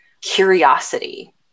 curiosity